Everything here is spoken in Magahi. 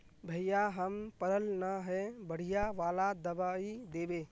भैया हम पढ़ल न है बढ़िया वाला दबाइ देबे?